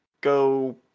go